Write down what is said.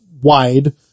wide